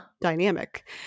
dynamic